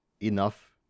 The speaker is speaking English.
enough